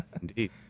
indeed